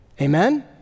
Amen